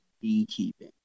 beekeeping